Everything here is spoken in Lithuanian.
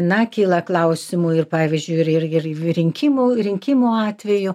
na kyla klausimų ir pavyzdžiui ir ir ir rinkimų rinkimų atveju